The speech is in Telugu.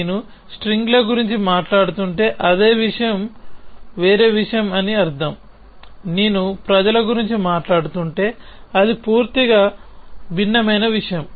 నేను స్ట్రింగ్స్ల గురించి మాట్లాడుతుంటే అది వేరే విషయం అని అర్ధం నేను ప్రజల గురించి మాట్లాడుతుంటే అది పూర్తిగా భిన్నమైన విషయం